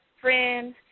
friends